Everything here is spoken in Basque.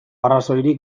arrazoirik